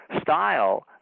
style